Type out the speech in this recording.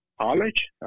college